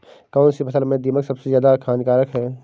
कौनसी फसल में दीमक सबसे ज्यादा हानिकारक है?